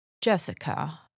Jessica